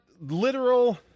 literal